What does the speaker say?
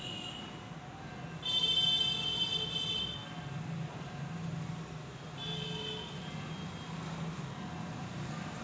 गाईले मासटायटय रोग कायच्यापाई होते?